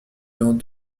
dans